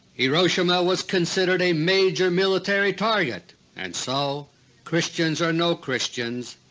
hiroshima was considered a major military target and so christians or no christians,